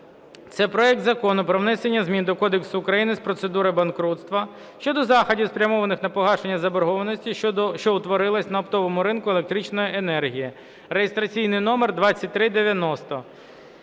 це проект Закону про внесення змін до Кодексу України з процедур банкрутства (щодо заходів, спрямованих на погашення заборгованості, що утворилася на оптовому ринку електричної енергії) (реєстраційний номер 2390).